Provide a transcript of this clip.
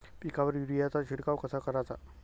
पिकावर युरीया चा शिडकाव कसा कराचा?